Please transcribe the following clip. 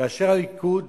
כאשר הליכוד